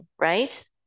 right